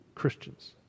Christians